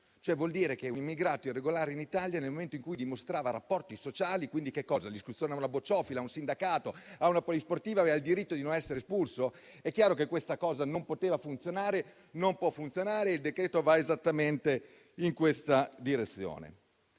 Ciò vuol dire che un immigrato irregolare in Italia, nel momento in cui dimostra l'esistenza di rapporti sociali (ma quindi che cosa: l'iscrizione a una bocciofila, ad un sindacato o a una polisportiva), ha il diritto di non essere espulso? È chiaro che questa previsione non poteva e non può funzionare ed il decreto va esattamente in tale direzione.